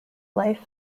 life